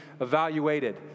evaluated